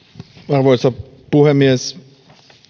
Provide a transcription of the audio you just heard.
arvoisa puhemies